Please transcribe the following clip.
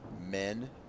men